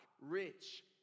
rich